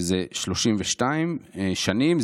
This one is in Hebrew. שזה 32 שנים,